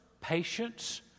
patience